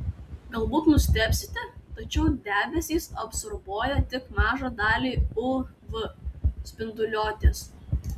galbūt nustebsite tačiau debesys absorbuoja tik mažą dalį uv spinduliuotės